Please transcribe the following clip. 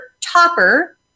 topper